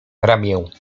ramię